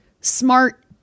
smart